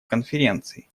конференции